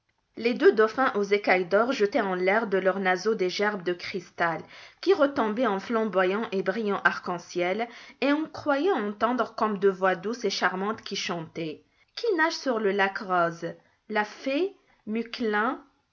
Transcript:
les deux dauphins aux écailles d'or jetaient en l'air de leurs naseaux des gerbes de cristal qui retombaient en flamboyants et brillants arcs-en-ciel et on croyait entendre comme deux voix douces et charmantes qui chantaient qui nage sur le lac rose la fée